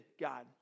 God